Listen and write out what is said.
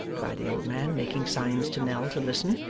cried the old man, making signs to nell to listen,